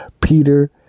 Peter